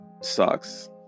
sucks